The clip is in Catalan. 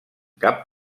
cap